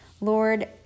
Lord